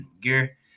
gear